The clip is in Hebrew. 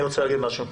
אני רוצה להגיד משהו.